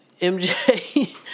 MJ